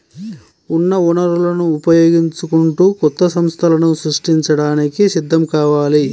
ఉన్న వనరులను ఉపయోగించుకుంటూ కొత్త సంస్థలను సృష్టించడానికి సిద్ధం కావాలి